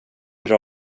bra